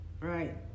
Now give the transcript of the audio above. right